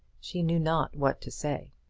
she knew not what to say.